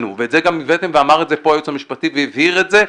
ואת זה גם הבאתם ואמר את זה פה היועץ המשפטי והבהיר את זה,